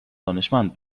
دانشمند